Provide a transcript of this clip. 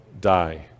die